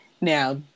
now